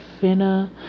Finna